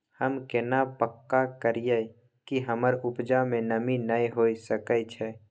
हम केना पक्का करियै कि हमर उपजा में नमी नय होय सके छै?